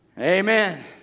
Amen